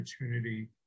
opportunity